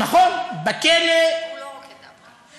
נכון, בכלא, הוא לא רוקד דבקה.